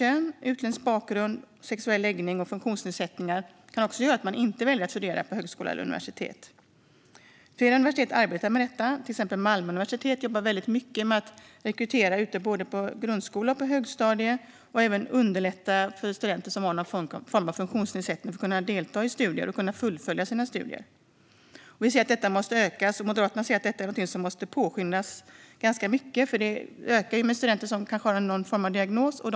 Kön, utländsk bakgrund, sexuell läggning och funktionsnedsättningar kan göra att man inte väljer att studera på högskola eller universitet. Flera universitet arbetar med detta. Till exempel jobbar Malmö universitet väldigt mycket med att rekrytera på grundskolans högstadium och även underlätta för studenter som har någon form av funktionsnedsättning för att de ska kunna delta i studier och fullfölja sina studier. Detta måste öka. Moderaterna ser att det är någonting som måste påskyndas ganska mycket. Antalet studenter som har någon form av diagnos ökar.